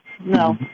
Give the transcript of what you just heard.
no